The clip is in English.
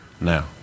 now